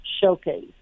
showcase